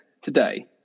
today